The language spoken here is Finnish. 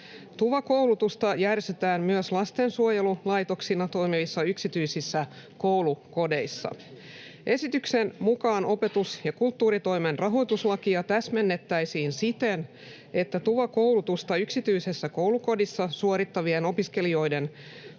TUVA-koulutusta järjestetään myös lastensuojelulaitoksina toimivissa yksityisissä koulukodeissa. Esityksen mukaan opetus- ja kulttuuritoimen rahoituslakia täsmennettäisiin siten, että TUVA-koulutusta yksityisessä koulukodissa suorittavien opiskelijoiden